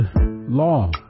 Law